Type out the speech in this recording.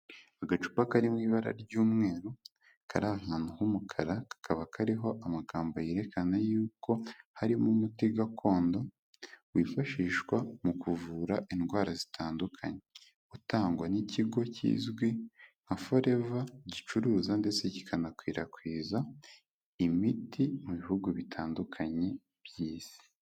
Agacupa kari mu ibara ry'umweru, kari ahantu h'umukara kakaba kariho amagambo yerekana yuko harimo umuti gakondo, wifashishwa mu kuvura indwara zitandukanye, utangwa n'ikigo kizwi nka Foreva gicuruza ndetse kikanakwirakwiza imiti mu bihugu bitandukanye by'Isi,